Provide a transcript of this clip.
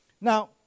Now